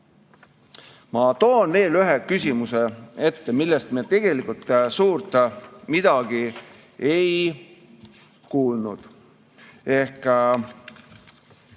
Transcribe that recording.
Ma toon välja veel ühe küsimuse, millest me tegelikult suurt midagi ei kuulnud. Jutt